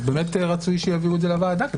אז באמת רצוי שיעבירו את זה לוועדה,